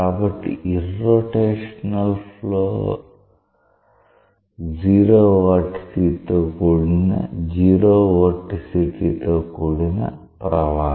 కాబట్టి irrotational flow 0 vorticity తో కూడిన ప్రవాహం